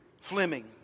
Fleming